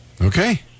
Okay